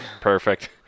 perfect